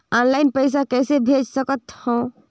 Online पइसा कइसे भेज सकत हो?